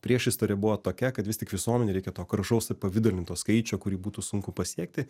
priešistorė buvo tokia kad vis tik visuomenei reikia to gražaus apipavidalinto skaičio kurį būtų sunku pasiekti